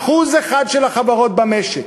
1% של החברות במשק,